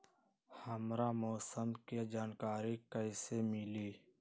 हमरा मौसम के जानकारी कैसी मिली?